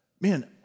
man